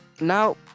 Now